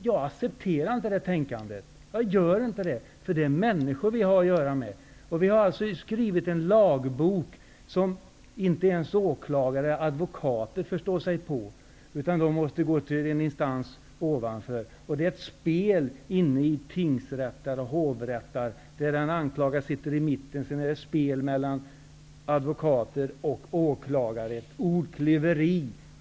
Jag accepterar inte ett sådant tänkande, eftersom det är människor vi har att göra med. Vi har alltså skrivit en lagbok som inte ens åklagare och advokater förstår sig på, utan de måste gå till en högre instans. Det är ett spel inne i tingsrätter och hovrätter, där den anklagade sitter i mitten. Sedan är det ett spel mellan advokater och åklagare. Det är ett ordklyveri.